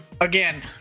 again